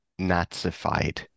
nazified